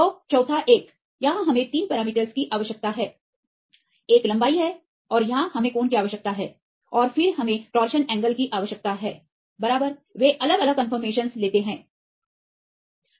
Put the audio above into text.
तो चौथा एक यहां हमें तीन पैरामीटरस की आवश्यकता है एक लंबाई है और यहां हमें कोण की आवश्यकता है और फिर हमें टोरशन एंगल की आवश्यकता है बराबर वे अलग अलग कंफर्मेशनस लेते हैं